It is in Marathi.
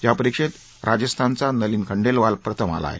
या परीक्षेत राजस्थानचा नलिन खंडेलवाल प्रथम आला आहे